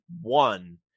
one